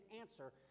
answer